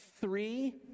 three